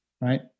right